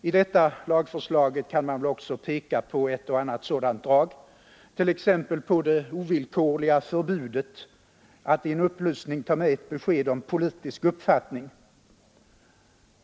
I detta lagförslag kan man väl också peka på ett och annat sådant drag, t.ex. det ovillkorliga förbudet att i en upplysning ta med ett besked om politisk uppfattning.